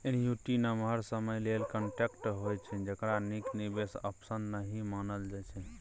annuity नमहर समय लेल कांट्रेक्ट होइ छै जकरा नीक निबेश आप्शन नहि मानल जाइ छै